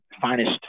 finest